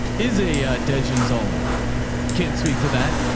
is a dead. jim's only can't speak to that,